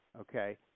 Okay